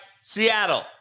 Seattle